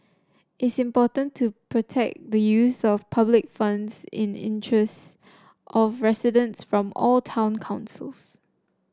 is important to protect the use of public funds in the interest of residents from all town councils